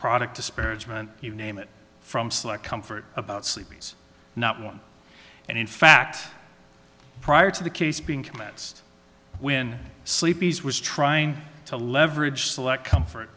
product disparagement you name it from select comfort about sleepy's not one and in fact prior to the case being commenced when sleepy's was trying to leverage select comfort